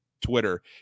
Twitter